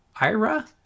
ira